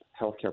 healthcare